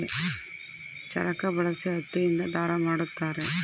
ಚರಕ ಬಳಸಿ ಹತ್ತಿ ಇಂದ ದಾರ ಮಾಡುತ್ತಾರೆ